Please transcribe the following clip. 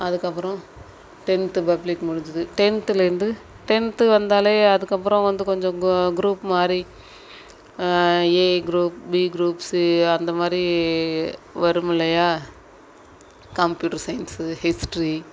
அதுக்கப்புறம் tenth public முடிஞ்சுது டென்த்துலேருந்து டென்த்து வந்தாலே அதுக்கப்புறம் வந்து கொஞ்சம் கு குரூப் மாதிரி ஏ குரூப் பி குரூப்ஸு அந்த மாதிரி வரும் இல்லையா கம்ப்யூட்டர் சயின்ஸு ஹிஸ்ட்ரி